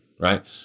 right